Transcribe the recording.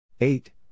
Eight